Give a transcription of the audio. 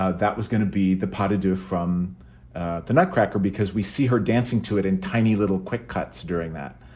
ah that was going to be the but poveda from the nutcracker because we see her dancing to it in tiny little quick cuts during that.